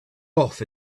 off